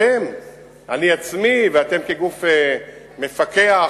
אני עצמי ואתם כגוף מפקח,